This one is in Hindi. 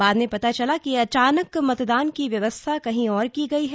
बाद में पता चला कि अचानक मतदान की व्यवस्था कहीं और की गई है